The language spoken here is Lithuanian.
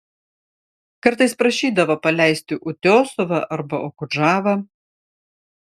kartais prašydavo paleisti utiosovą arba okudžavą